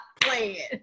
playing